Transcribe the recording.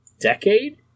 decade